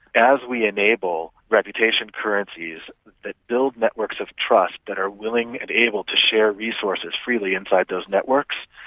as we enable reputation currencies that build networks of trust that are willing and able to share resources freely inside those networks,